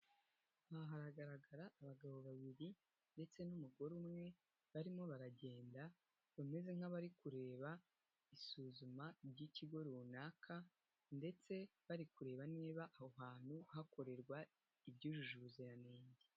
Aha hagaragara abagabo babiri ndetse n'umugore umwe barimo baragenda bameze nk'abari kureba isuzuma ry'ikigo runaka, ndetse bari kureba niba aho hantu hakorerwa ibyujuje ubuziranenge.